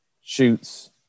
shoots